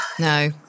No